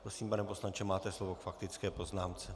Prosím, pane poslanče, máte slovo k faktické poznámce.